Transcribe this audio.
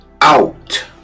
out